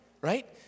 right